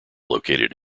located